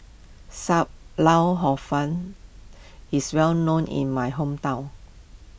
Sam Lau Hor Fun is well known in my hometown